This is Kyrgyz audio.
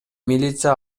милиция